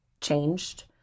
changed